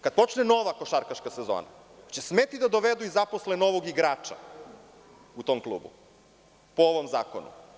Kad počne nova košarkaška sezona, hoće li smeti da dovedu i zaposle novog igrača u tom klubu po ovom zakonu?